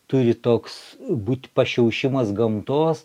turi toks būt pašiaušimas gamtos